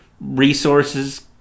resources